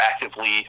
actively